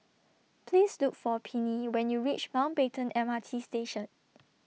Please Look For Pennie when YOU REACH Mountbatten M R T Station